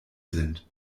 sind